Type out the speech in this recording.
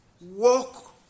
walk